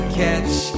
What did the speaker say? Catch